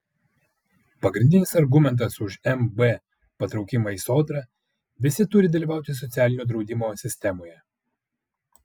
pagrindinis argumentas už mb patraukimą į sodrą visi turi dalyvauti socialinio draudimo sistemoje